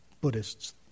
Buddhists